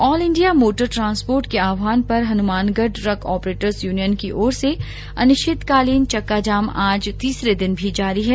आल India motor transport के आहवान पर हनुमानगढ़ ट्रक ऑपरेटर्स यूनियन की ओर से अनिश्चितकालीन चक्काजाम आज तीसरे दिन भी जारी है